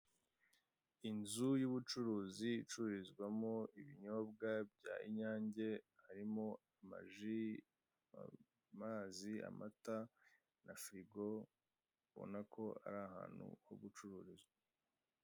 Inzu y'ubucuruzi iururizwamo ibinyobwa by'Inyange harimo amaji, amazi, amata na firigo ubonako ari ahantu hogucururizwa.